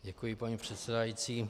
Děkuji, paní předsedající.